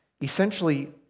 essentially